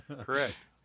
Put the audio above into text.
Correct